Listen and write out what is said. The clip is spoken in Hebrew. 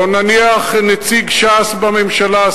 או נניח נציג ש"ס בממשלה,